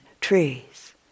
trees